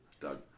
Doug